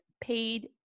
paid